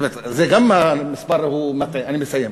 וגם המספר מטעה אני מסיים,